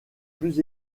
plus